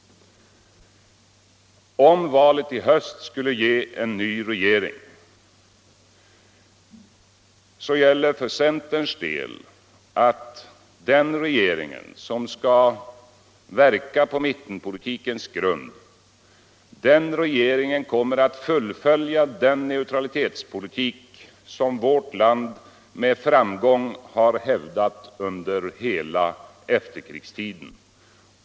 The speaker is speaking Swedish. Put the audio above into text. Om valet i höst skulle resultera i en ny regering, så gäller för centerns del att den nya regeringen - som skall verka på mittenpolitikens grund — kommer att fullfölja den neutralitetspolitik som vårt land med framgång har drivit under hela efterkrigstiden.